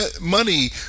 money